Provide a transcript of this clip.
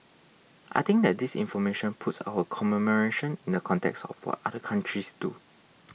I think that this information puts our commemoration in the context of what other countries do